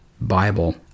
Bible